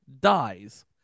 dies